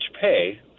pay